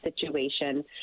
situation